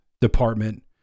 department